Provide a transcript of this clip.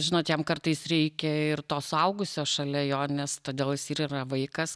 žinot jam kartais reikia ir to suaugusio šalia jo nes todėl jis ir yra vaikas